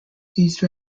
these